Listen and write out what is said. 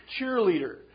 cheerleader